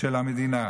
של המדינה.